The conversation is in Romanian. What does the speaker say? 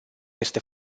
este